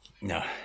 No